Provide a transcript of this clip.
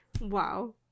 wow